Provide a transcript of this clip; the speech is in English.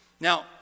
Now